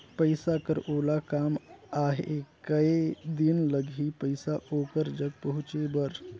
पइसा कर ओला काम आहे कये दिन लगही पइसा ओकर जग पहुंचे बर?